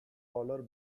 collar